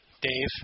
Dave